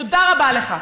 תודה רבה לך.